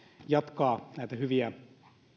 jatkaa näitä hyviä